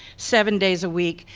seven days a week,